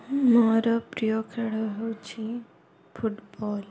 ମୋର ପ୍ରିୟ ଖେଳ ହେଉଛି ଫୁଟବଲ୍